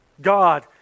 God